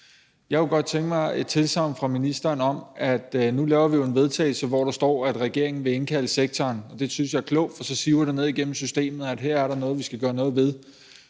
Jeg kunne godt tænke mig et tilsagn fra ministeren. Nu laver vi jo en vedtagelse, hvori der står, at regeringen vil indkalde sektoren. Det synes jeg er klogt, for så siver det ned igennem systemet, at her er der noget, vi skal gøre noget ved.